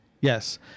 yes